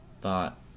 thought